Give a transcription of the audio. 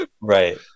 Right